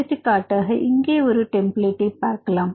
எடுத்துக்காட்டாக இங்கே ஒரு டெம்ப்ளேட்டை பார்க்கலாம்